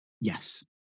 Yes